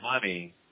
money